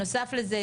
נוסף לזה,